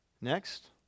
next